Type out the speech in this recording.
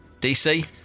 DC